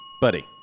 Buddy